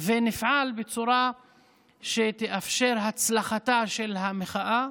ונפעל בצורה שתאפשר הצלחתה של המחאה